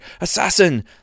Assassin